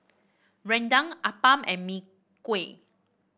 rendang appam and Mee Kuah